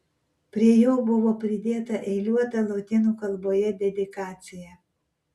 prie jo buvo pridėta eiliuota lotynų kalboje dedikacija